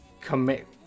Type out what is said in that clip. commit